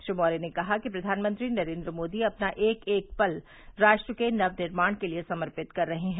श्री मौर्य ने कहा कि प्रधानमंत्री नरेन्द्र मोदी अपना एक एक पल राष्ट्र के नव निर्माण के लिए समर्पित कर रहे हैं